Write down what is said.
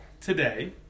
today